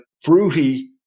fruity